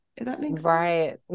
Right